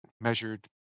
measured